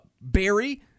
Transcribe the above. Barry